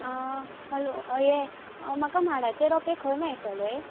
hello ये म्हाका माडाचे रोंपे खंय मेळटले